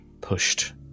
pushed